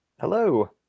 Hello